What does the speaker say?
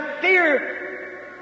fear